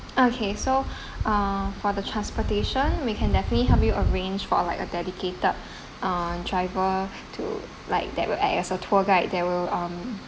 okay so uh for the transportation we can definitely help you arrange for like a dedicated uh driver to like that will act as a tour guide that will um